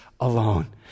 Alone